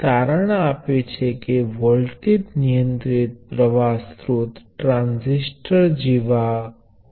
હવે પ્રવાહ નિયંત્રિત પ્ર્વાહ સ્રોતની ઇનપુટ શાખા છે